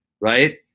Right